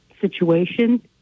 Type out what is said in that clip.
situation